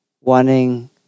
wanting